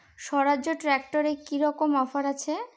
স্বরাজ ট্র্যাক্টরে কি রকম অফার আছে?